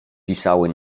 pisiały